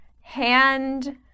hand